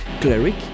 Cleric